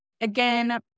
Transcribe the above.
Again